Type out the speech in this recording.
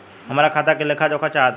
हमरा खाता के लेख जोखा चाहत बा?